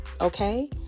okay